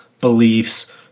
beliefs